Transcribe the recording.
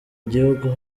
gihugu